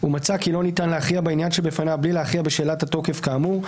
ומצא כי לא ניתן להכריע בעניין שבפניו בלי להכריע בשאלת התוקף כאמור,